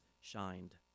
shined